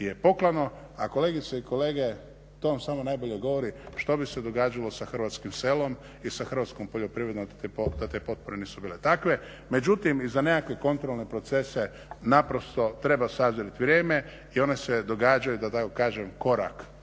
je poklano. A kolegice i kolege, to vam samo najbolje govori što bi se događalo sa hrvatskim selom i sa hrvatskom poljoprivrednom da te potpore nisu bile takve. Međutim i za nekakve kontrolne procese treba sazrjeti vrijeme i one se događaju da tako kažem korak